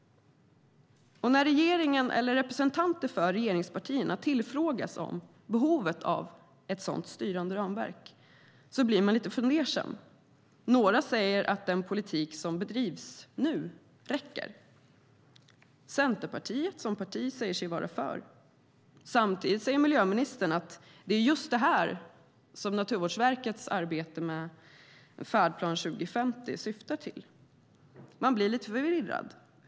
När regeringen eller representanter för regeringspartierna tillfrågas om behovet av ett sådant styrande ramverk blir man lite fundersam. Några säger att den politik som bedrivs nu räcker. Centerpartiet säger sig vara för som parti, och samtidigt säger miljöministern att det är just detta Naturvårdsverkets arbete med Färdplan 2050 syftar till. Man blir lite förvirrad.